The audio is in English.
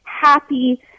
happy